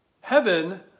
Heaven